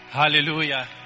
hallelujah